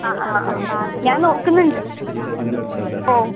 ആ ആ ആ ഞാൻ നോക്കുന്നുണ്ട് ഓ